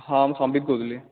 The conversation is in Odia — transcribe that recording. ହଁ ମୁଁ ସମ୍ବିତ କହୁଥିଲି